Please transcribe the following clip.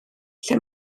lle